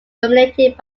dominated